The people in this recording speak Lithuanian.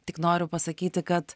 tik noriu pasakyti kad